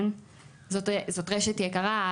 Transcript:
זאת רשת יקרה.